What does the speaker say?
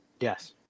Yes